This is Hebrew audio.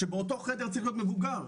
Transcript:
שבאותו חדר צריך להיות מבוגר.